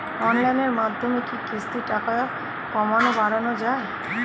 অনলাইনের মাধ্যমে কি কিস্তির টাকা কমানো বাড়ানো যায়?